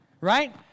right